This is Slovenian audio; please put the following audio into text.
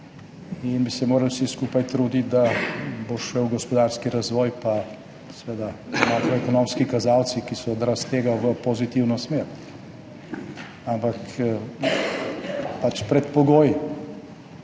in bi se morali vsi skupaj truditi, da bo šel gospodarski razvoj in seveda makroekonomski kazalci, ki so odraz tega, v pozitivno smer. Ampak predpogoj